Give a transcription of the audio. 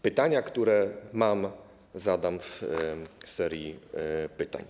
Pytania, które mam, zadam w serii pytań.